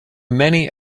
many